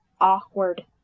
awkward